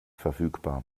verfügbar